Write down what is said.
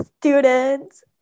students